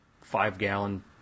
five-gallon